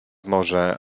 może